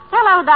Hello